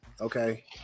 okay